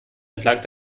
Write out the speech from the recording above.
entlang